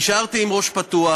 אבל נשארתי עם ראש פתוח,